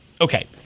Okay